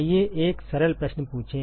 आइए एक सरल प्रश्न पूछें